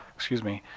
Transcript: excuse me,